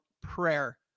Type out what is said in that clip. prayer